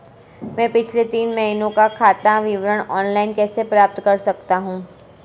मैं पिछले तीन महीनों का खाता विवरण ऑनलाइन कैसे प्राप्त कर सकता हूं?